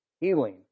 healing